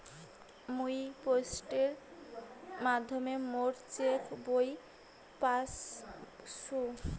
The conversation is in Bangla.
মুই পোস্টের মাধ্যমে মোর চেক বই পাইসু